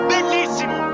Bellissimo